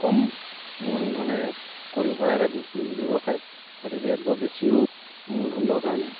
কম মূলধনেৰে কৰিব পৰা এটা ব্যৱসায় গতিকে ইয়াত বৰ বেছিও মূলধন দৰকাৰ নাই